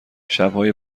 شبهای